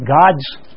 God's